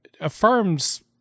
affirms